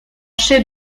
chef